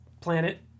planet